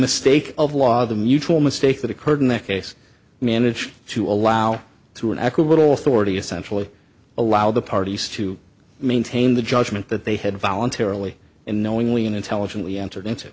mistake of law the mutual mistake that occurred in that case managed to allow through an aqua little authority essentially allow the parties to maintain the judgment that they had voluntarily and knowingly in intelligently entered i